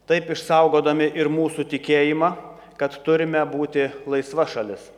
taip išsaugodami ir mūsų tikėjimą kad turime būti laisva šalis